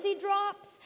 drops